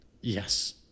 Yes